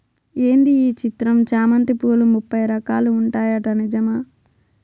ఏంది ఈ చిత్రం చామంతి పూలు ముప్పై రకాలు ఉంటాయట నిజమా